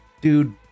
Dude